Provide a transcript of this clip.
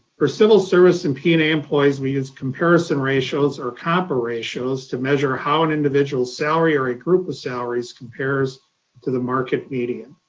for civil service and p and a employees, we use comparison ratios or compa ratios to measure how an individual salary or a group of salaries compares to the market median.